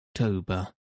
October